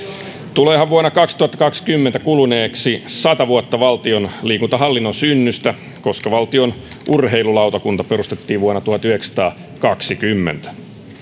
tuleehan vuonna kaksituhattakaksikymmentä kuluneeksi sata vuotta valtion liikuntahallinnon synnystä koska valtion urheilulautakunta perustettiin vuonna tuhatyhdeksänsataakaksikymmentä